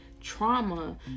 trauma